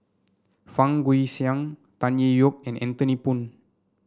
Fang Guixiang Tan Tee Yoke and Anthony Poon